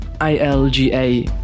I-L-G-A